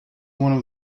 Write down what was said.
one